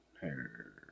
hair